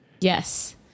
Yes